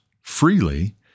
freely